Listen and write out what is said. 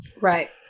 Right